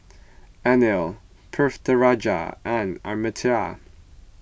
Anil Pritiviraj and Amartya